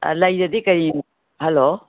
ꯑꯥ ꯂꯩꯗꯗꯤ ꯀꯔꯤ ꯍꯜꯂꯣ